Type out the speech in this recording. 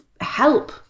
help